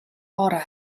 orau